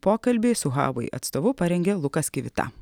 pokalbį su huavei atstovu parengė lukas kivita